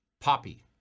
Poppy